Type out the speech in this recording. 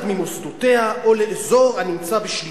ממוסדותיה או לאזור הנמצא בשליטתה",